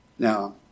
Now